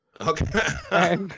Okay